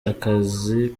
akazi